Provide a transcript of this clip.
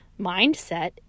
mindset